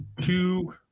two